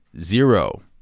Zero